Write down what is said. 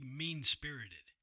mean-spirited